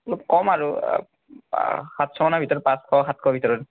অলপ কম আৰু সাতশ মানৰ ভিতৰত পাঁচশ সাতশ মানৰ ভিতৰত